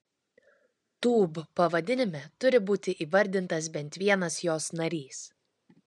tūb pavadinime turi būti įvardintas bent vienas jos narys